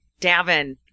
Davin